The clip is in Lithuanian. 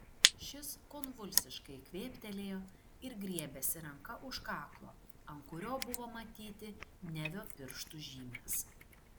šis konvulsiškai kvėptelėjo ir griebėsi ranka už kaklo ant kurio buvo matyti nevio pirštų žymės